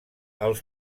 els